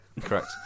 Correct